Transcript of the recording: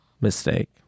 Mistake